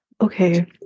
Okay